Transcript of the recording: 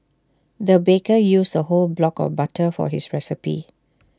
the baker used A whole block of butter for his recipe